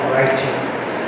righteousness